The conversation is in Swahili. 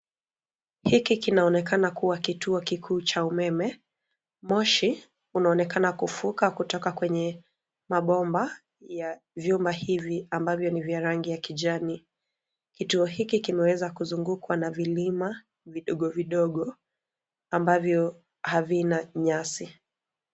Hiki kinaonekana kuwa kituo kikuu cha umeme moshi unaonekana kufuka kutoka kwenye mabomba ya vyuma hivi ambavyo ni vya rangi ya kijani. Kituo hiki kimeweza kuzungukwa na vilima vidogo vidogo ambavyo havina nyasi.